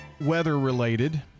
weather-related